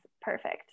perfect